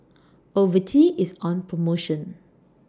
Ocuvite IS on promotion